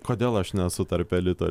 kodėl aš nesu tarp elito